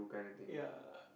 ya